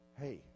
Hey